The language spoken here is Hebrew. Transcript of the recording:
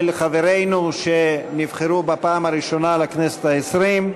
חברינו שנבחרו בפעם הראשונה לכנסת העשרים.